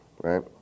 right